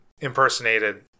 impersonated